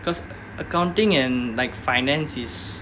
because accounting and like finance is